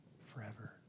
forever